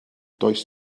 does